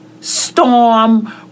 storm